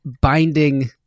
binding